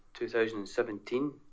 2017